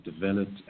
developed